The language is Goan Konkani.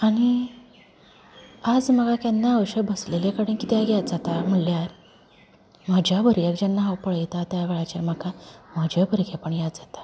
आनी आज म्हाका केन्ना अशें बसलेले कडेन कित्याक याद जाता म्हळ्यार म्हज्या भुरग्यांक जेन्ना हांव पळयता त्या वेळाचेर म्हाका म्हाजें भुरगेंपण याद जाता